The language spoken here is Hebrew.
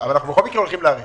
אנחנו בכל מקרה הולכים להאריך.